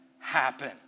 happen